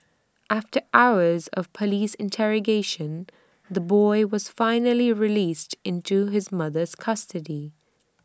after hours of Police interrogation the boy was finally released into his mother's custody